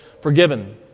forgiven